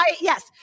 Yes